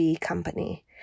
company